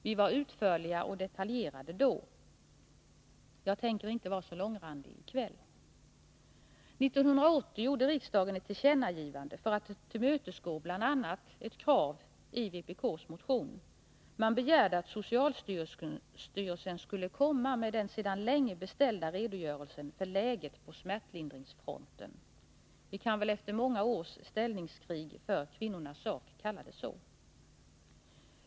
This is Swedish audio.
Vi var utförliga och detaljerade då. Jag tänker inte vara så långrandig i kväll. 1980 gjorde riksdagen ett tillkännagivande för att tillmötesgå bl.a. kraven i vpk:s motion. Man begärde att socialstyrelsen skulle komma med den sedan länge beställda redogörelsen för läget på smärtlindringsfronten — vi kan väl efter många års ställningskrig för kvinnornas sak kalla det så.